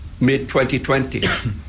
mid-2020